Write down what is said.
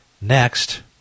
next